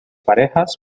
parejas